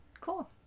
Cool